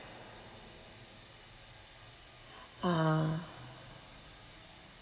ah